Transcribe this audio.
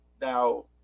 Now